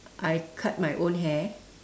I cut my own hair